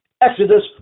Exodus